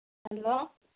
hello